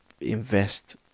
invest